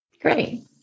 great